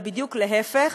אלא בדיוק להפך.